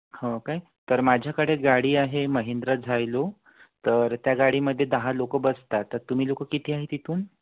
हो काय तर माझ्याकडे गाडी आहे महिंद्रा झायलो तर त्या गाडीमध्ये दहा लोक बसतात तर तुम्ही लोक किती आहे तिथून